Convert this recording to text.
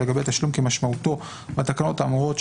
ולגבי תשלום כמשמעותו בתקנות האמורות,